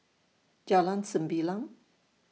Jalan Sembilang